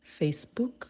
Facebook